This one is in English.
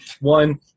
One